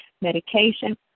medication